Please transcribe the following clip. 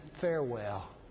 farewell